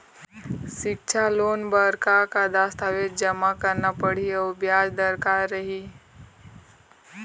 सिक्छा लोन बार का का दस्तावेज जमा करना पढ़ही अउ ब्याज दर का रही?